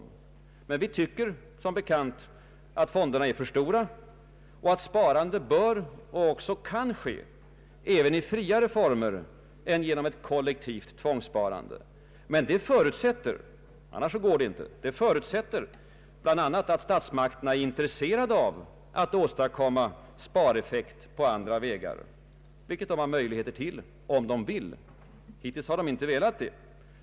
Men vi tycker som bekant att fonderna är för stora och att sparande bör och kan ske även i friare former än genom ett kollektivt tvångssparande. Men detta förutsätter — annars går det inte — bl.a. att statsmakterna är intresserade av att åstadkomma spareffekt på andra vägar, vilket de har goda möjligheter att göra. Om de vill! Hittills har de inte velat det.